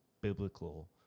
biblical